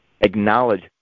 Acknowledge